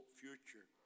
future